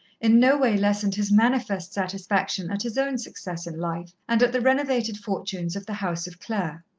in no way lessened his manifest satisfaction at his own success in life and at the renovated fortunes of the house of clare.